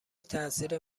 تاثیر